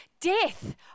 death